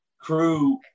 Crew